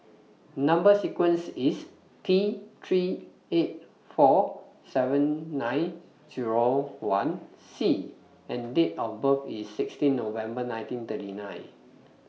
Number sequence IS T three eight four seven nine Zero one C and Date of birth IS sixteen November nineteen thirty nine